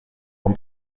con